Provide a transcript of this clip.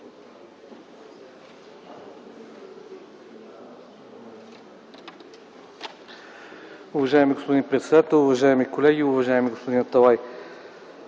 Уважаеми господин председател, уважаеми колеги, уважаеми господин Аталай!